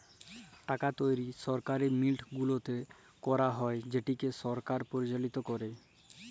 টাকা তৈরি সরকারি মিল্ট গুলাতে ক্যারা হ্যয় যেটকে সরকার পরিচালিত ক্যরে